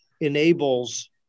enables